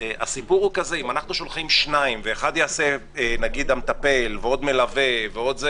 אנחנו שולחים שניים נניח המטפל ועוד מישהו,